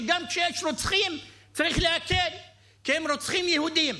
שגם כשיש רוצחים צריך להקל אם הם רוצחים יהודים.